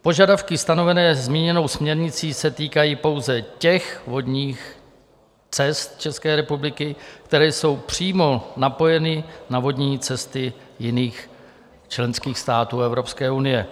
Požadavky stanovené zmíněnou směrnicí se týkají pouze těch vodních cest České republiky, které jsou přímo napojeny na vodní cesty jiných členských států EU.